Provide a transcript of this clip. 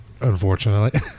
unfortunately